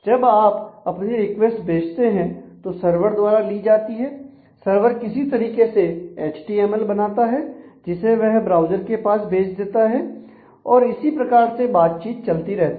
जब आप अपनी रिक्वेस्ट भेजते हैं तो सर्वर द्वारा ली जाती है सर्वर किसी तरीके से एचटीएमएल बनाता है जिसे वह ब्राउज़र के पास भेज देता है और इसी प्रकार से बातचीत चलती रहती है